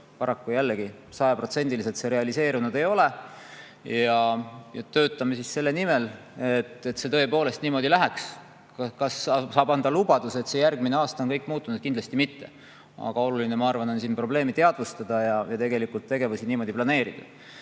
Paraku see sajaprotsendiliselt realiseerunud ei ole. Me töötame selle nimel, et see tõepoolest niimoodi läheks. Kas saab anda lubaduse, et järgmiseks aastaks on kõik muutunud? Kindlasti mitte. Aga oluline, ma arvan, on probleemi teadvustada ja tegelikult tegevusi vastavalt planeerida.